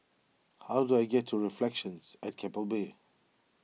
how do I get to Reflections at Keppel Bay